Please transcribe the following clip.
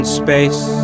space